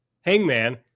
Hangman